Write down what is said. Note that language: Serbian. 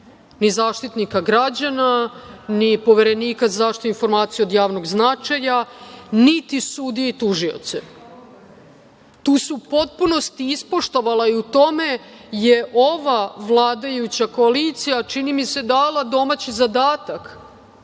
ni Zaštitnika građana, ni Poverenika za zaštitu informacija od javnog značaja, niti sudije i tužioca. Tu se u potpunosti ispoštovala i u tome je ova vladajuća koalicija, čini mi se, dala domaći zadatak